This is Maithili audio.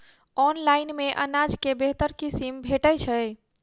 ऑनलाइन मे अनाज केँ बेहतर किसिम भेटय छै?